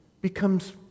becomes